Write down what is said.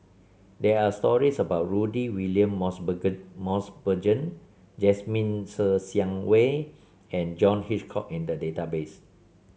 there are stories about Rudy William Mosbergen Jasmine Ser Xiang Wei and John Hitchcock in the database